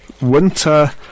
Winter